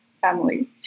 family